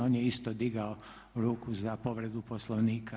On je isto digao ruku za povredu Poslovnika.